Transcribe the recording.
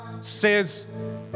says